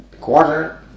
quarter